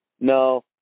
No